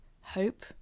hope